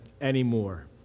anymore